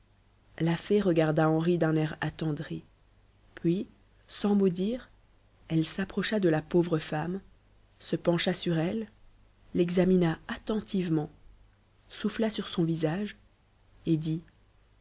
la fée regarda henri d'un air attendri puis sans mot dire elle s'approcha de la pauvre femme se pencha sur elle l'examina attentivement souffla sur son visage et dit